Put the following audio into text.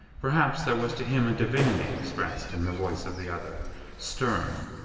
perhaps there was to him a divinity expressed in the voice of the other stern,